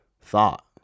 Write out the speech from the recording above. thought